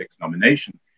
nomination